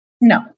No